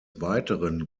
weiteren